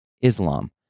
Islam